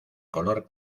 color